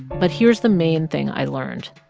but here's the main thing i learned.